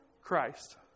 Christ